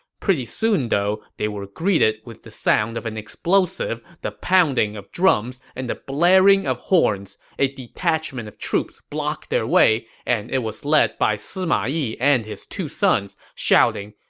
pretty soon, though, they were greeted with the sound of an explosive, the pounding of drums, and the blaring of horns. a detachment of troops blocked their way, and it was led by sima yi and his two sons, shouting,